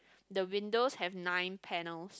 the windows have nine panel